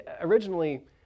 originally